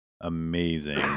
amazing